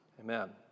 amen